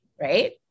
right